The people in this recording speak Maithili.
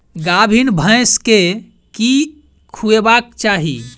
गाभीन भैंस केँ की खुएबाक चाहि?